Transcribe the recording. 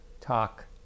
talk